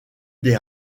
des